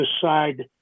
decide